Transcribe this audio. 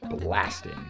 blasting